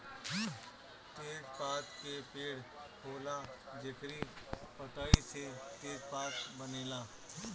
तेजपात के पेड़ होला जेकरी पतइ से तेजपात बनेला